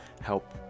help